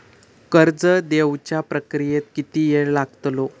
कर्ज देवच्या प्रक्रियेत किती येळ लागतलो?